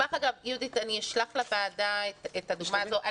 יהודית, אני אשלח לוועדה את הדוגמא הזו.